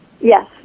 Yes